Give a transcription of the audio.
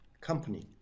company